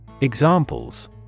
Examples